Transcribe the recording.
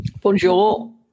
Bonjour